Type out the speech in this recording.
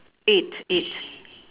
eight eight